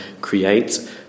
create